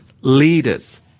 leaders